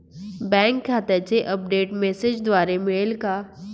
Bank खात्याचे update मेसेजद्वारे मिळेल का?